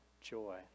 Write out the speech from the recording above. joy